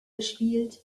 gespielt